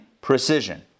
precision